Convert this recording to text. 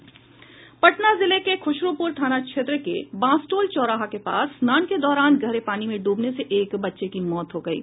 पटना जिले के खुशरूपुर थाना क्षेत्र के बांसटोल चौराहा के पास स्नान के दौरान गहरे पानी में डूबने से एक बच्चे की मौत हो गयी